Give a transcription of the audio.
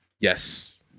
Yes